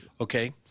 Okay